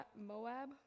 Moab